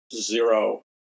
zero